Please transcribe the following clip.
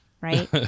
right